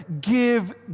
give